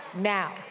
now